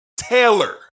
Taylor